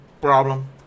problem